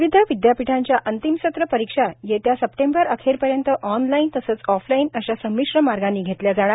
विविध विदयापीठांच्या अंतिम सत्र परीक्षा येत्या सेप्टेंबर अखेरपर्यंत ऑनलाइन ऑफलाइन आशा संमिश्र मार्गानी घेतल्या जाणार